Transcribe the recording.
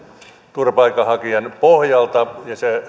turvapaikanhakijan pohjalta ja se